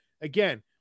again